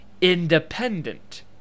independent